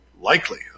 likely